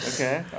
Okay